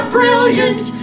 brilliant